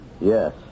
Yes